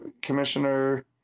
Commissioner